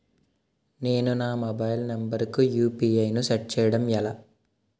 నేను నా mobile number కుయు.పి.ఐ ను సెట్ చేయడం ఎలా?